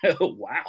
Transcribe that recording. Wow